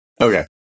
Okay